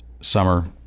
summer